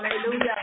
Hallelujah